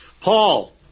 Paul